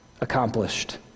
accomplished